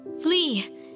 Flee